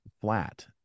flat